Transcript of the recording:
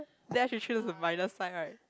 then I should choose the brighter side right